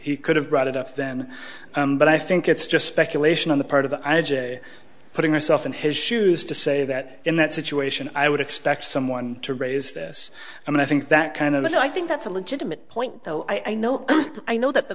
he could have brought it up then but i think it's just speculation on the part of the i j a putting myself in his shoes to say that in that situation i would expect someone to raise this and i think that kind of i think that's a legitimate point though i know i know that the